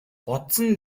бодсон